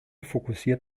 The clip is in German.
fokussiert